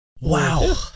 Wow